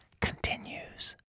continues